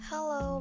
Hello